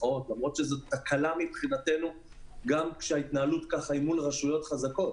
למרות שזאת תקלה מבחינתנו גם כשההתנהלות היא ככה מול רשויות חזקות.